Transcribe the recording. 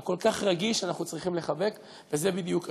הכל-כך רגיש, אנחנו צריכים לחבק, וזה בדיוק הזמן.